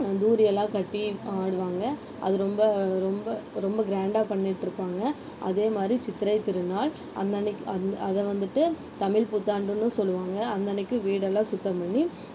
தூரியெல்லாம் கட்டி ஆடுவாங்க அது ரொம்ப ரொம்ப ரொம்ப கிராண்ட்டாக பண்ணிகிட்டுருப்பாங்க அதேமாதிரி சித்திரை திருநாள் அந்த அந்தன்றைக்கி அந்த அதை வந்துட்டு தமிழ் புத்தாண்டுன்னு சொல்வாங்க அந்தன்றைக்கி வீடெல்லாம் சுத்தம் பண்ணி